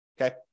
okay